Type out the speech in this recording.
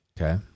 Okay